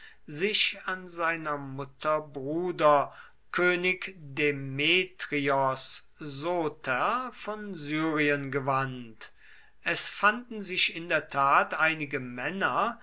sich an seiner mutter bruder könig demetrios soter von syrien gewandt es fanden sich in der tat einige männer